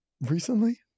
recently